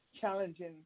challenging